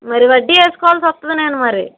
మరి వడ్డీ వెసుకోవాల్సి వస్తుంది నేను మరి